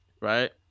right